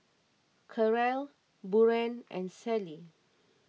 Karel Buren and Sally